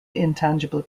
intangible